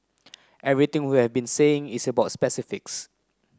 everything we have been saying is about